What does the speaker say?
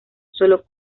solo